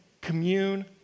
commune